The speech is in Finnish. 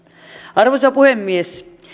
arvoisa puhemies